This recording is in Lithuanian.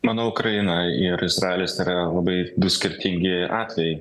manau ukraina ir izraelis yra labai du skirtingi atvejai